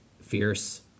fierce